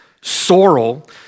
sorrel